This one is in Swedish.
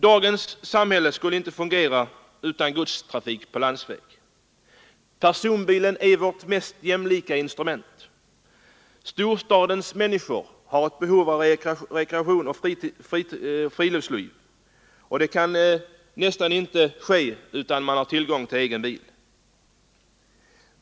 Dagens samhälle skulle inte fungera utan godstrafik på landsväg. Personbilen är det bästa jämlikhetsskapande instrument vi har. Storstadens människor har ett behov av rekreation och friluftsliv. Det kan knappast tillfredsställas om man inte har tillgång till egen bil.